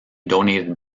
donated